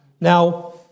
Now